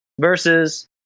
versus